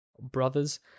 brothers